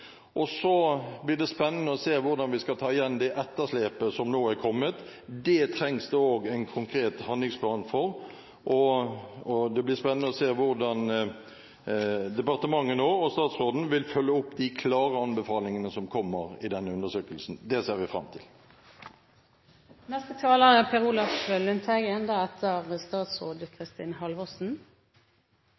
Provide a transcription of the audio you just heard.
og så blir det spennende å se hvordan vi skal ta igjen det etterslepet som nå er kommet. Det trengs det også en konkret handlingsplan for. Det blir spennende å se hvordan departementet og statsråden vil følge opp de klare anbefalingene som kommer i denne undersøkelsen. Det ser vi fram til. I motsetning til saken om Riksrevisjonen og den kommunale forvaltninga er